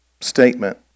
statement